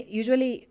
usually